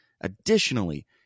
Additionally